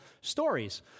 stories